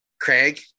Craig